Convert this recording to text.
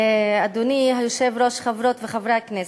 אדוני היושב-ראש, חברות וחברי הכנסת,